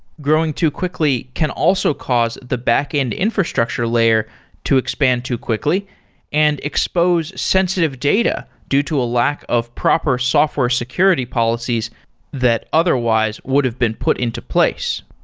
growing too quickly can also cause the backend infrastructure layer to expand to quickly and expose sensitive data due to a lack of proper software security policies that otherwise would have been put into place.